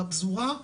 בפזורה,